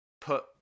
put